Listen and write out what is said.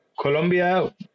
Colombia